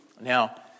Now